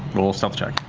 roll a stealth check.